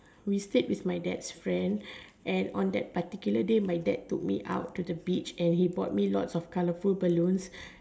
we stayed with my dad's friend and on that particular day my dad took me out to the beach and he bought me lots of colourful balloons